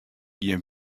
gjin